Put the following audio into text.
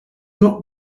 not